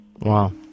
Wow